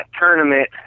tournament